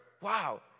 Wow